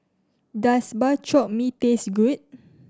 does Bak Chor Mee taste good